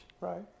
Right